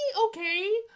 Okay